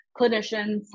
clinicians